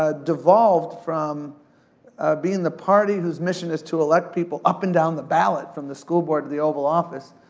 ah devolved from being the party who's mission is to elect people up and down the ballot, from the school board to the oval office,